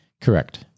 Correct